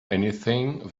anything